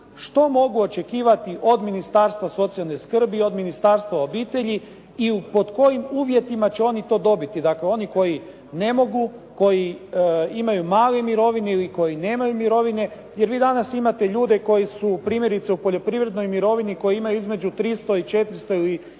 što mogu očekivati od Ministarstva socijalne skrbi, od Ministarstva obitelji i pod kojim uvjetima će oni to dobiti. Dakle, oni koji ne mogu, koji imaju male mirovine ili koji nemaju mirovine. Jer vi danas imate ljude koji su primjerice u poljoprivrednoj mirovini, koji imaju između 300 ili 400, ili 500